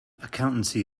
accountancy